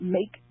make